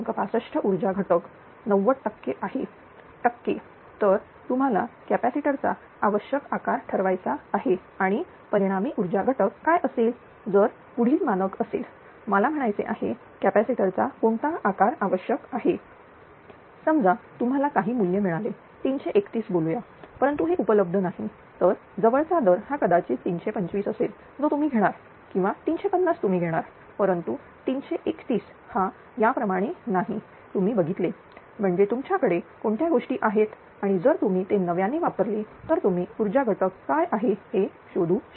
65 ऊर्जा घटक 90 टक्के आहे टक्के तर तुम्हाला कॅपॅसिटर चा आवश्यक आकार ठरवायचा आहे आणि परिणामी ऊर्जा घटक काय असेल जर पुढील मानक असेल मला म्हणायचे आहे कॅपॅसिटर चा कोणता आकार आवश्यक आहे समजा तुम्हाला काही मूल्य मिळाले 331 बोलूया परंतु हे उपलब्ध नाही तर जवळचा दर हा कदाचित 325 असेल जो तुम्ही घेणार किंवा 350 तुम्ही घेणार परंतु 331 हा त्याप्रमाणे नाही तुम्ही बघितले पाहिजे तुमच्याकडे कोणत्या गोष्टी आहेत आणि जर तुम्ही ते नव्याने वापरले तर तुम्ही ऊर्जा घटक काय आहे हे शोधू शकता